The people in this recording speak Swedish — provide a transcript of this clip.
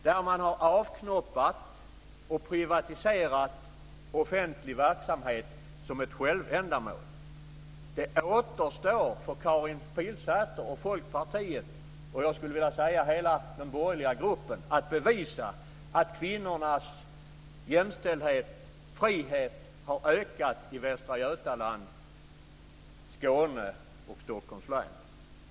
Där har man avknoppat och privatiserat offentlig verksamhet som ett självändamål. Det återstår för Karin Pilsäter och Folkpartiet - och hela den borgerliga gruppen, skulle jag vilja säga - att bevisa att kvinnornas jämställdhet och frihet har ökat i Västra Götaland, Region Skåne och Stockholms län.